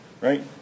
Right